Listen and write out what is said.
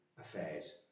affairs